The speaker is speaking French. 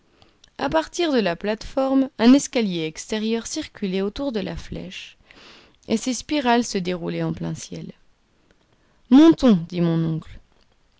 à partir de la plate-forme un escalier extérieur circulait autour de sa flèche et ses spirales se déroulaient en plein ciel montons dit mon oncle